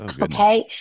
Okay